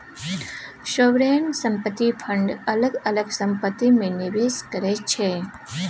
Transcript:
sovereign संपत्ति fund अलग अलग संपत्ति मे निबेस करै छै